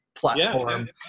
platform